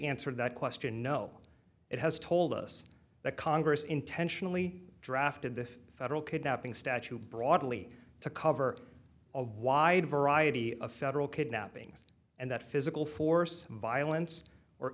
answered that question no it has told us that congress intentionally drafted the federal kidnapping statue broadly to cover a wide variety of federal kidnappings and that physical force violence or